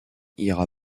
ira